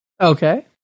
okay